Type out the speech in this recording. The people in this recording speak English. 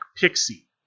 Pixie